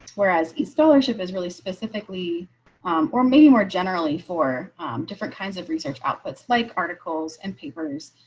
whereas the scholarship is really specifically or maybe more generally for different kinds of research outputs like articles and papers.